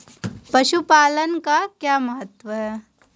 पशुपालन का क्या महत्व है?